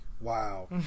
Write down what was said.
Wow